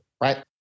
Right